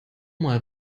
mal